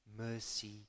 mercy